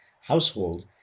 household